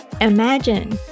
Imagine